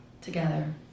together